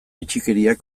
bitxikeriak